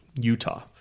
Utah